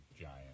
giant